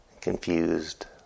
confused